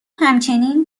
همچنین